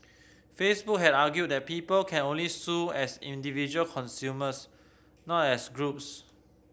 Facebook had argued that people can only sue as individual consumers not as groups